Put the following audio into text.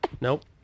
Nope